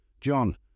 John